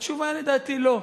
התשובה, לדעתי, לא.